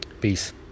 peace